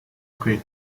great